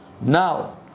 Now